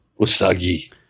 Usagi